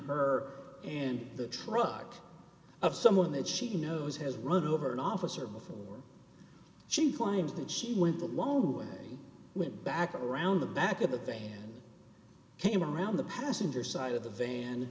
her and the truck of someone that she knows has run over an officer before she claims that she went along the way went back around the back of the thing and came around the passenger side of the van